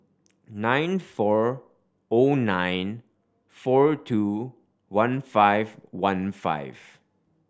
nine four O nine four two one five one five